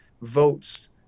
votes